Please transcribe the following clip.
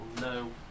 no